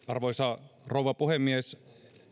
arvoisa rouva puhemies